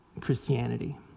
Christianity